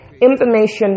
information